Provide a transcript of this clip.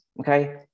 okay